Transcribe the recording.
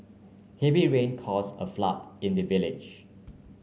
heavy rain causes a flood in the village